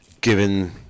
given